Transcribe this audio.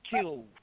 kill